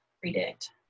predict